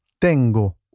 Tengo